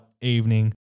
evening